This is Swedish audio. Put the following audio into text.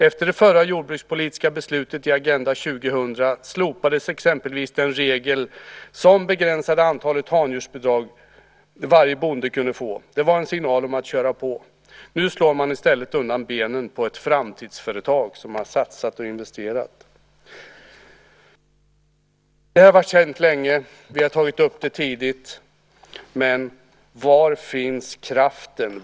Efter det förra jordbrukspolitiska beslutet i Agenda 2000 slopades exempelvis den regel som begränsade antalet handjursbidrag varje bonde kunde få. Det var en signal om att köra på. Nu slår man i stället undan benen på ett framtidsföretag som har satsat och investerat. Detta har varit känt sedan länge. Vi tog upp det tidigt. Men var finns kraften?